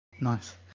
Nice